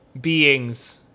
beings